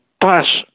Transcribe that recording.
pass